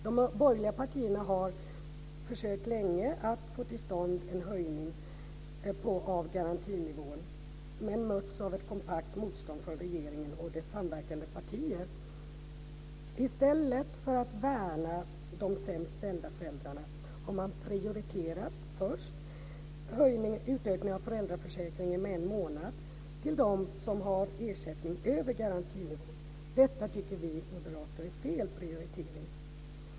De borgerliga partierna har länge försökt att få till stånd en höjning av garantinivån men mötts av ett kompakt motstånd från regeringen och de samverkande partierna. I stället för att värna de sämst ställda föräldrarna har man först prioriterat utökningen av föräldraförsäkringen med en månad till dem som har ersättning över garantinivån. Detta tycker vi moderater är fel prioritering.